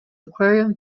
aquarium